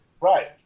Right